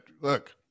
look